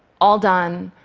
all done.